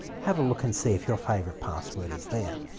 have a look and see if your favourite password is there.